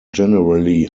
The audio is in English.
generally